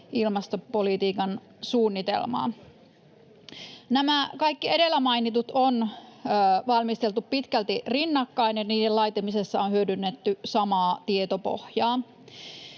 ilmastopolitiikan suunnitelmaa. Nämä kaikki edellä mainitut on valmisteltu pitkälti rinnakkain, ja niiden laatimisessa on hyödynnetty samaa tietopohjaa.